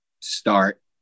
start